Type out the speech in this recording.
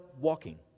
walking